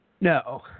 No